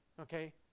Okay